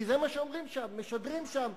כי זה מה שמשדרים שם,